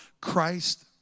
Christ